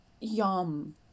Yum